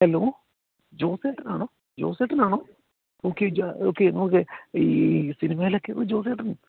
hello ജോസേട്ടനാണോ ജോസേട്ടനാണോ okay okay okay ഈ സിനിമായിലൊക്കെ ഉള്ള ജോസേട്ടൻ